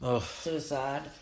suicide